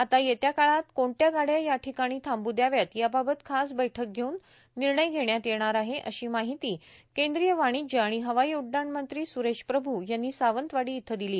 आता येत्या काळात कोणत्या गाड्या या ठिकाणी थांबू द्याव्यात याबाबत खास बैठक घेऊन निर्णय घेण्यात येणार आहे अशी माहिती केंद्रीय वाणिज्य आणि हवाई उड्डाण मंत्री स्रेश प्रभू यांनी सावंतवाडी इथं दिली